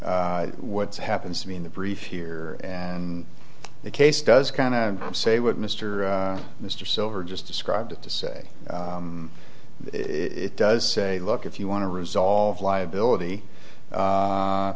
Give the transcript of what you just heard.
what's happened to me in the brief here and the case does kind of say what mr mr silver just described it to say it does say look if you want to resolve liability